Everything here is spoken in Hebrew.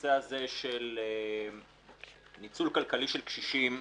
הנושא הזה של ניצול כלכלי של קשישים,